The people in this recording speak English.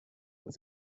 were